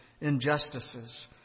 injustices